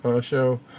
show